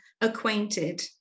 acquainted